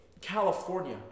California